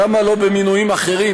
למה לא במינויים אחרים,